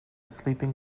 sleeping